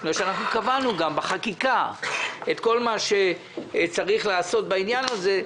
בגלל שקבענו בחקיקה את כל מה שצריך לעשות בעניין הזה.